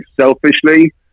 selfishly